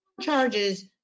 charges